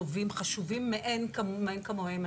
טובים וחשובים מאין כמוהם,